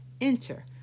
Enter